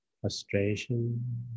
frustration